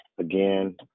Again